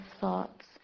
thoughts